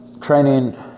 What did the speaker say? training